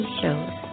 shows